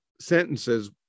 sentences